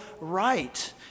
right